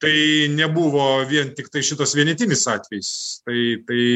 tai nebuvo vien tiktai šitas vienetinis atvejis tai tai